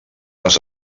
les